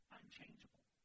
unchangeable